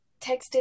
texted